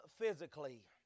physically